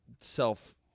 self